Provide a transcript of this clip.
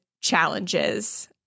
challenges